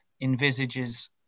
envisages